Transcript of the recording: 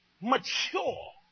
mature